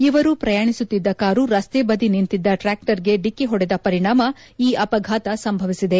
ಇವರು ಪ್ರಯಾಣಿಸುತ್ತಿದ್ದ ಕಾರು ರಸ್ತೆ ಬದಿ ನಿಂತಿದ್ದ ಟ್ರ್ಕ್ಚರ್ಗೆ ಡಿಕ್ಕಿ ಹೊಡೆದ ಪರಿಣಾಮ ಈ ಅಪಘಾತ ಸಂಭವಿಸಿದೆ